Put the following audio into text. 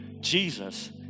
Jesus